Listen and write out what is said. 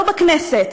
לא בכנסת,